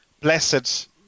blessed